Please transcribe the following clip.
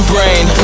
Brain